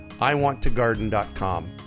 Iwanttogarden.com